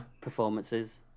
performances